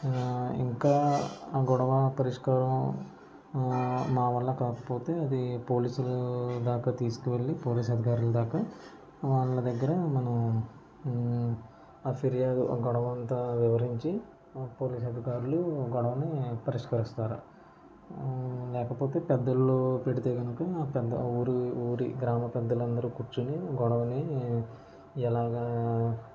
ఇంకా గొడవ పరిష్కారం మా వల్ల కాకపోతే అది పోలీసులు దాకా తీసుక వెళ్లి పోలీస్ అధికారులు దాకా వాళ్ల దగ్గర మనం ఆ ఫిర్యాదు ఆ గొడవంతా వివరించి పోలీసు అధికారులు గొడవని పరిష్కరిస్తారు లేకపోతే పెద్దలు పెడితే కనుక పెద్ద ఊరు ఊరి గ్రామ పెద్దలు అందరూ కూర్చొని గొడవని ఎలాగా